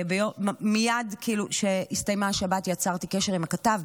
מייד כשהסתיימה השבת יצרתי קשר עם הכתב,